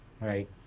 right